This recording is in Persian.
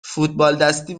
فوتبالدستی